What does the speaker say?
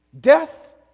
Death